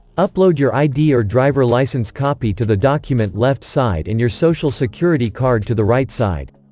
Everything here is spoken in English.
upload your id or driver licence copy to the document left side and your social security card to the right side.